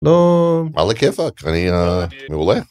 לא, על הכיפק אני מעולה.